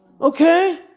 Okay